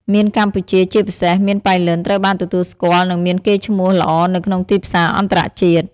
មៀនកម្ពុជា ជាពិសេស មៀនប៉ៃលិន ត្រូវបានទទួលស្គាល់ និងមានកេរ្តិ៍ឈ្មោះល្អនៅក្នុងទីផ្សារអន្តរជាតិ។